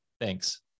Thanks